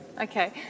Okay